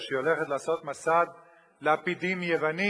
שהיא הולכת לעשות מסע לפידים יווני,